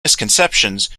misconceptions